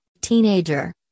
teenager